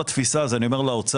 בתפיסה ואת זה אני אומר לאוצר.